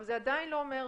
אבל זה עדיין לא אומר,